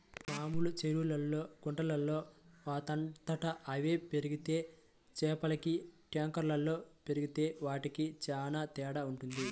మామూలు చెరువుల్లో, గుంటల్లో వాటంతట అవే పెరిగే చేపలకి ట్యాంకుల్లో పెరిగే వాటికి చానా తేడా వుంటది